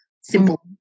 Simple